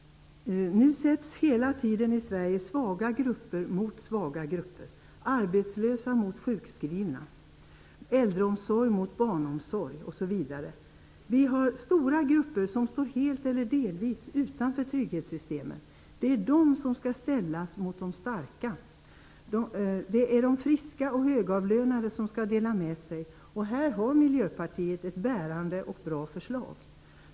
I Sverige sätts nu svaga grupper mot svaga grupper, arbetslösa mot sjukskrivna, äldreomsorg mot barnomsorg osv. Det finns stora grupper som helt eller delvis står utanför trygghetssystemen. De skall ställas mot de starka. Det är de friska och högavlönade som skall dela med sig. Här har Miljöpartiet ett bärande och bra förslag.